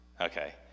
okay